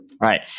Right